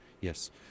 Yes